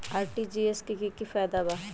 RTGS से की की फायदा बा?